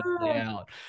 out